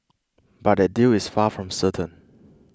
but that deal is far from certain